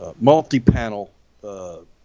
multi-panel